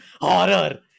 horror